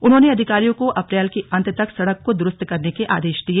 उन्होंने अधिकारियों को अप्रैल के अंत तक सड़क को द्रुस्त करने के आदेश दिए